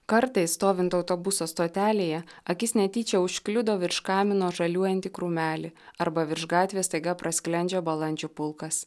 kartais stovint autobuso stotelėje akis netyčia užkliudo virš kamino žaliuojantį krūmelį arba virš gatvės staiga prasklendžia balandžių pulkas